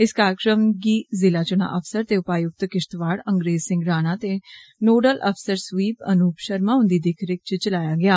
इस कार्जक्रम गी जिला चुना अफसर ते उपायुक्त किष्तवाड़ अंग्रेज सिंह राणा ते नोडल अफसर स्वीप अनूप षर्मा उन्दी दिक्खरिक्ख च चलाया गेआ